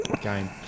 game